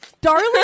Darling